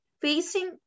facing